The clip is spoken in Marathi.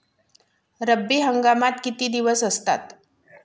रब्बी हंगामात किती दिवस असतात?